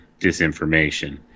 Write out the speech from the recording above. disinformation